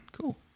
Cool